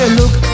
look